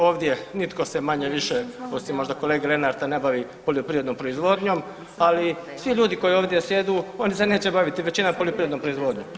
Ovdje nitko se manje-više osim možda kolege Lenarta ne bavi poljoprivrednom proizvodnjom, ali svi ljudi koji ovdje sjedu oni se neće baviti većina poljoprivrednom proizvodnjom.